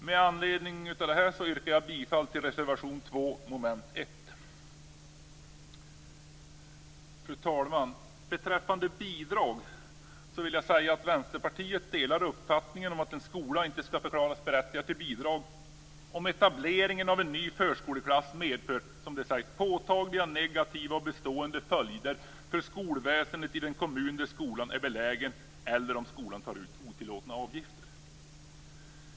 Med anledning av detta yrkar jag bifall till reservation 2 under mom. 1. Fru talman! Beträffande bidrag vill jag säga att Vänsterpartiet delar uppfattningen att en skola inte skall förklaras berättigad till bidrag om etableringen av en ny förskoleklass medför, som det sägs, påtagliga negativa och bestående följder för skolväsendet i den kommun där skolan är belägen eller om skolan tar ut otillåtna avgifter.